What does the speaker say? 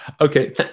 Okay